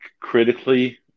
critically